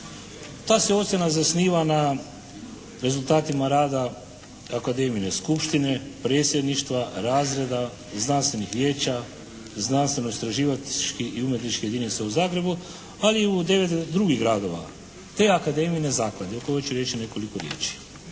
Ta se ocjena zasniva na rezultatima rada Akademijine skupštine, predsjedništva, razreda, znanstvenih vijeća, znanstveno-istraživačkih i umjetničkih jedinica u Zagrebu ali i … /Govornik se ne razumije./ … drugih gradova te Akademijine zaklade o kojoj ću reći nekoliko riječi.